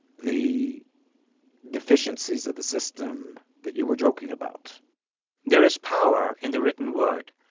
the deficiencies of the system that you were joking about there is power in the written word.